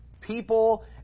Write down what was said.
people